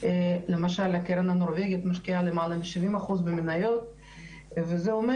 למשל הקרן הנורבגית משקיעה למעלה מ-70% במניות וזה אומר